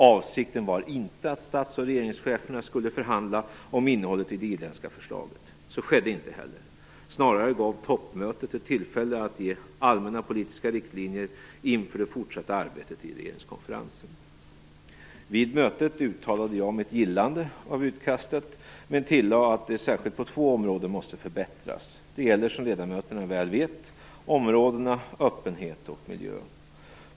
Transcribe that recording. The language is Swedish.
Avsikten var inte att stats och regeringscheferna skulle förhandla om innehållet i det irländska förslaget. Så skedde inte heller. Snarare gav toppmötet ett tillfälle att ge allmänna politiska riktlinjer inför det fortsatta arbetet i regeringskonferensen. Vid mötet uttalade jag mitt gillande av utkastet, men tillade att det särskilt på två områden måste förbättras. Det gäller, som ledamöterna väl vet, områdena öppenhet och miljö.